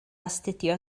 astudio